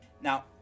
now